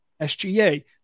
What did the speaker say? SGA